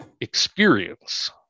experience